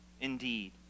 Indeed